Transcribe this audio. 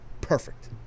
Perfect